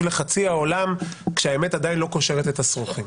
לחצי העולם כשהאמת עדין לא קושרת את השרוכים.